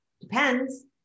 depends